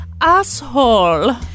asshole